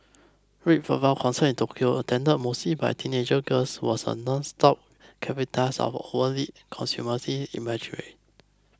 Red Velvet's concert in Tokyo attended mostly by teenage girls was a nonstop cavalcade of overtly consumerist imagery